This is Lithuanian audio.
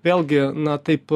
vėlgi na taip